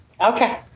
Okay